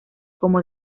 como